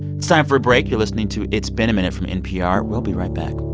it's time for a break. you're listening to it's been a minute from npr. we'll be right back